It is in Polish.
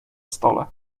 stole